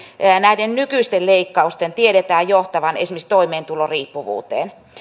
näiden nykyisten leikkausten tiedetään johtavan toimeentulotukiriippuvuuteen